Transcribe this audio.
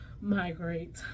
migrate